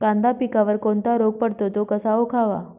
कांदा पिकावर कोणता रोग पडतो? तो कसा ओळखावा?